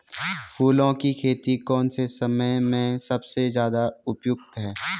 फूलों की खेती कौन से समय में सबसे ज़्यादा उपयुक्त है?